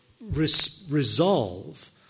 resolve